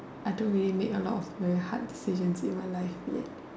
I don't really make a lot of really hard decisions in real life